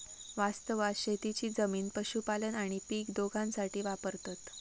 वास्तवात शेतीची जमीन पशुपालन आणि पीक दोघांसाठी वापरतत